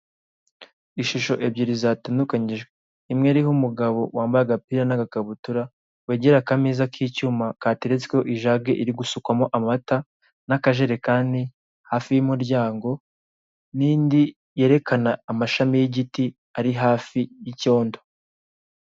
Ishusho ebyiri zatandukanyijwe imwe iriho umugabo wambaye agapira n'agakabutura, wegereye akameza k'icyuma kateretsweho ijagi iri gusukwamo amata n'akajerekani hafi y'umuryango n'indi yerekana amashami y'igiti ari hafi y'icyondo.